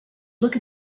look